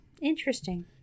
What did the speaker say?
Interesting